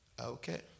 Okay